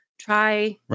try